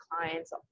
Clients